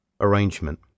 arrangement